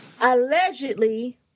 allegedly